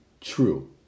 true